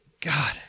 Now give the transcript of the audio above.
God